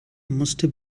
musste